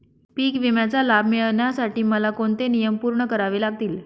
पीक विम्याचा लाभ मिळण्यासाठी मला कोणते नियम पूर्ण करावे लागतील?